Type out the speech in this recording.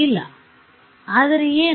ಇಲ್ಲ ಆದರೆ ಏನು